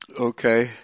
Okay